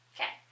Okay